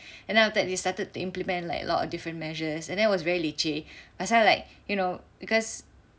and then after that they started to implement like a lot of different measures and then it was very leceh pasal like you know because